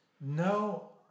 No